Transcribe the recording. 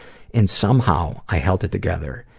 and somehow, i held it together,